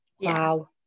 Wow